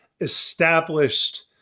established